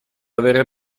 avere